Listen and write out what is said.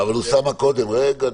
אבל אוסאמה קודם, רגע.